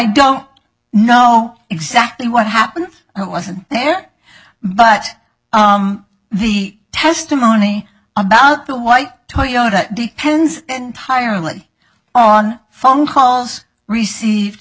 don't know exactly what happened i wasn't there but the testimony about the white toyota depends entirely on phone calls received